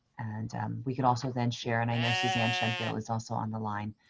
and um we could also then share, and i know suzanne shenfield is also on the line,